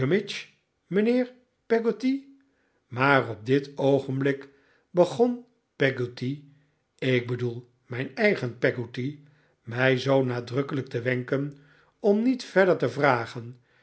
gummidge mijnheer peggotty maar op dit oogenblik begon peggotty ik bedoel mijn eigen peggotty mij zoo nadrukkelijk te wenken om niet verder te vragen